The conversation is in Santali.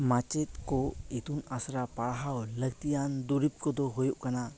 ᱢᱟᱪᱮᱫ ᱠᱚ ᱤᱛᱩᱱ ᱟᱥᱲᱟ ᱯᱟᱲᱦᱟᱣ ᱞᱟᱹᱠᱛᱤᱭᱟᱱ ᱫᱩᱨᱤᱵᱽ ᱠᱚᱫᱚ ᱦᱩᱭᱩᱜ ᱠᱟᱱᱟ